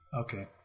Okay